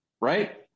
right